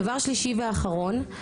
דבר שלישי ואחרון,